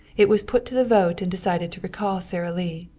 it was put to the vote and decided to recall sara lee.